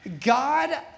God